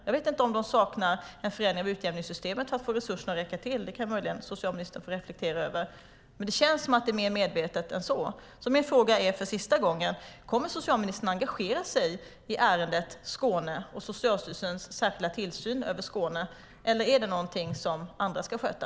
Jag vet inte om de saknar en förändring av utjämningssystemet för att få resurserna att räcka till. Det kan möjligen socialministern få reflektera över. Men det känns som om det är mer medvetet än så. Min fråga är för sista gången: Kommer socialministern att engagera sig i ärendet Skåne och Socialstyrelsens särskilda tillsyn över Skåne eller är det något som andra ska sköta?